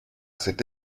cet